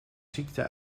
ziekte